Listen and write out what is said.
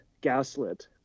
gaslit